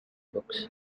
books